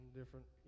different